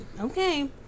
okay